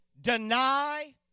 deny